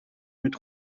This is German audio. mit